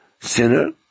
sinner